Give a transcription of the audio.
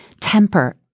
temper